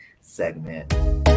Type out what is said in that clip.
segment